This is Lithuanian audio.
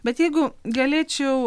bet jeigu galėčiau